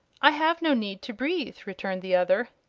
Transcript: i have no need to breathe, returned the other.